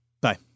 Bye